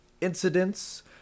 incidents